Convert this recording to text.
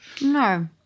No